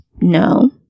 no